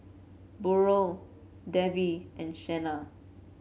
Burrell Davy and Shenna